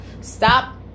stop